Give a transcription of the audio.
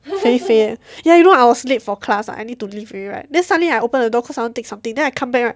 肥肥 eh ya you know I was late for class I need to leave already right then suddenly I opened the door cause I wanna take something then I come back right